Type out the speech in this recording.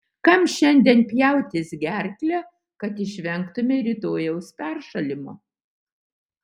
kam šiandien pjautis gerklę kad išvengtumei rytojaus peršalimo